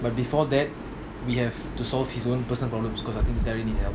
but before that we have to solve his own personal problems because I think this guy really needs help